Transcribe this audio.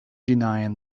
denying